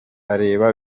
areba